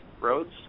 roads